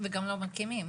וגם לא מקימים.